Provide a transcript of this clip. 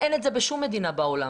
אין את זה בשום מדינה בעולם.